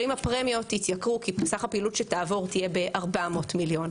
אבל אם הפרמיות יתייקרו כי סך הפעילות שתעבור תהיה ב-400 מיליון,